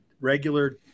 regular